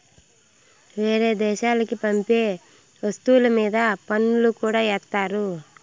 వేరే దేశాలకి పంపే వస్తువుల మీద పన్నులు కూడా ఏత్తారు